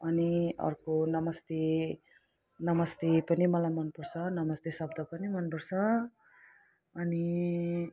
अनि अर्को नमस्ते नमस्ते पनि मलाई मनपर्छ नमस्ते शब्द पनि मनपर्छ अनि